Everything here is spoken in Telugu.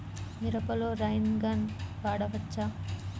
మిరపలో రైన్ గన్ వాడవచ్చా?